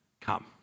come